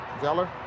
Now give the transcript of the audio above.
Zeller